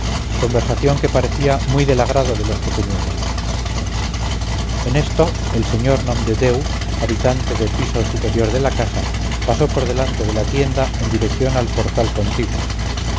conversación que parecía muy del agrado de los pequeñuelos en esto el sr nomdedeu habitante del piso superior de la casa pasó por delante de la tienda en dirección al portal contiguo